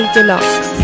Deluxe